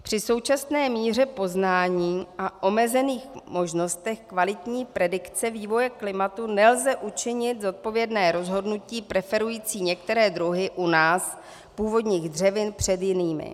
Při současné míře poznání a omezených možnostech kvalitní predikce vývoje klimatu nelze učinit zodpovědné rozhodnutí preferující některé druhy u nás původních dřevin před jinými.